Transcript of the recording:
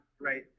right